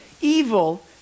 evil